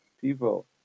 people